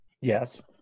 Yes